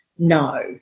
No